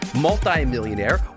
Multi-millionaire